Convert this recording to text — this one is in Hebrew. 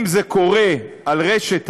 אם זה קורה ברשת האינטרנט,